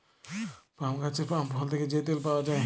পাম গাহাচের পাম ফল থ্যাকে যে তেল পাউয়া যায়